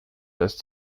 dass